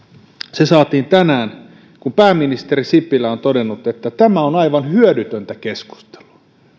se saatiin tänään kun pääministeri sipilä on todennut että tämä on aivan hyödytöntä keskustelua